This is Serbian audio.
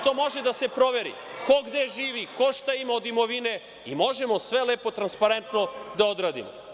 To može da se proveri, ko gde živi, ko šta ima od imovine i možemo sve lepo transparentno da odradimo.